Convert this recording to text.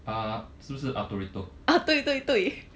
uh 是不是 arturito